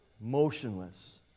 motionless